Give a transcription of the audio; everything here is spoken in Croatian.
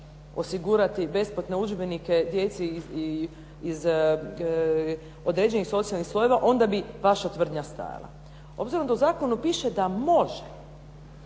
osigurati besplatne udžbenike djeci iz određenih socijalnih slojeva onda bi vaša tvrdnja stajala. Obzirom da u zakonu piše da može,